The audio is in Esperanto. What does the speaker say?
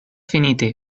finite